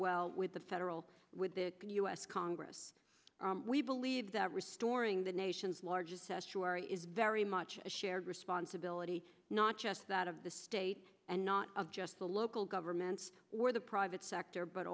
well with the federal with the u s congress we believe that restoring the nation's largest estuary is very much a shared responsibility not just that of the state and not just the local governments or the private sector but